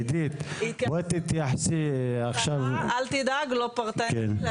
אידית, בואי תתייחסי עכשיו לשאר הנושאים.